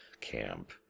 camp